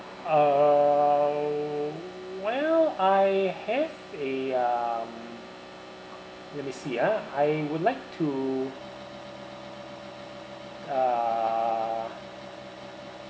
uh well I have a um let me see ah I would like to uh